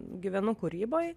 gyvenu kūryboj